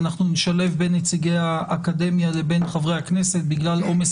ואנחנו נשלב בין נציגי האקדמיה לבין חברי הכנסת בגלל עומס